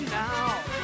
now